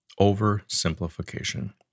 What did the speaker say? Oversimplification